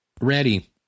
Ready